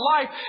life